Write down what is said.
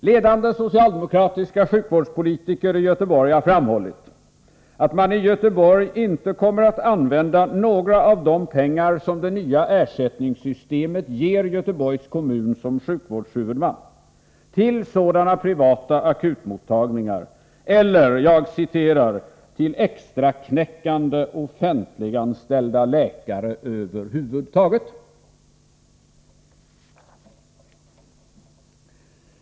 Ledande socialdemokratiska sjukvårdspolitiker i Göteborg har framhållit att man i Göteborg inte kommer att använda några av de pengar som det nya ersättningssystemet ger Göteborgs kommun som sjukvårdshuvudman till sådana akutmottagningar eller till extraknäckande offentliganställda läkare över huvud taget.